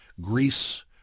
Greece